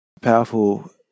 powerful